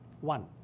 One